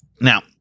Now